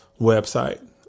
website